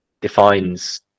defines